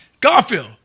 Garfield